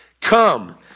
come